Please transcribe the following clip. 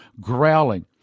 growling